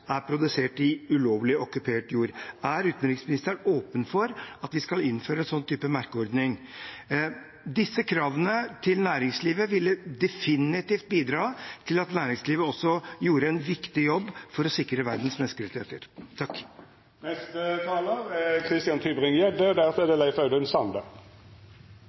produsert på ulovlig okkupert jord? Er utenriksministeren åpen for at vi skal innføre en sånn type merkeordning? Disse kravene til næringslivet ville definitivt bidra til at næringslivet også gjorde en viktig jobb for å sikre verdens menneskerettigheter. Representanten Aukrust fra Arbeiderpartiet lurer jeg egentlig på hvor hører hjemme. Det